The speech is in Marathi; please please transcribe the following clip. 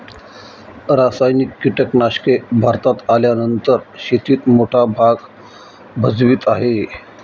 रासायनिक कीटनाशके भारतात आल्यानंतर शेतीत मोठा भाग भजवीत आहे